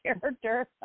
character